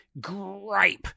gripe